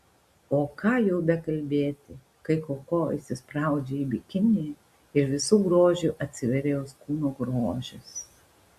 o ką jau bekalbėti kai koko įsispraudžia į bikinį ir visu grožiu atsiveria jos kūno grožis